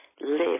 live